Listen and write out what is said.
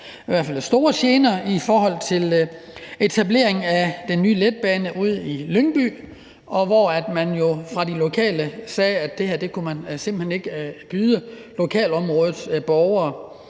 at der var store gener i forbindelse med etableringen af den nye letbane ude i Lyngby, hvor man fra de lokales side sagde, at det her kunne man simpelt hen ikke byde lokalområdets borgere.